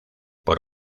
por